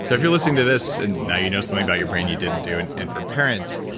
so if you're listening to this, and now you know something about your brain you didn't do, and and for parents,